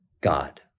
God